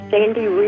Sandy